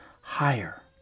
higher